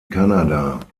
kanada